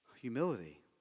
Humility